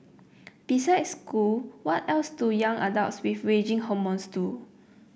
besides school what else do young adults with raging hormones do